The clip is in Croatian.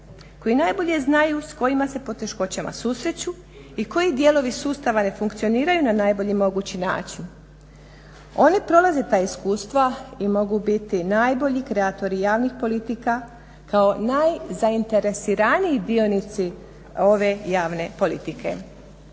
koji najbolje znaju s kojima se poteškoćama susreću i koji dijelovi sustava ne funkcioniraju na najbolji mogući način. Oni prolaze ta iskustva i mogu biti najbolji kreatori javnih politika kao najzainteresiraniji dionici ove javne politike.